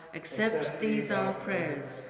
accept these our prayers,